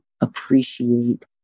appreciate